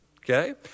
Okay